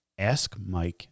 askmike